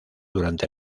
durante